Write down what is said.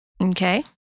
Okay